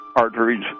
arteries